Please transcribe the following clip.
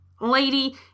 Lady